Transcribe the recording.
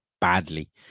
badly